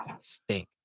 Stink